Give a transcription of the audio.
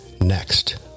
next